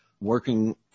working